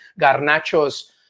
Garnacho's